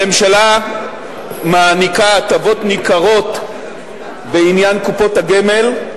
הממשלה מעניקה הטבות ניכרות בעניין קופות הגמל,